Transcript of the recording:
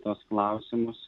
tuos klausimus